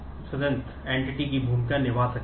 तो यह मूल है